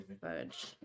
fudge